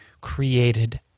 created